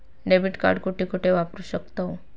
Debit card कुठे कुठे वापरू शकतव?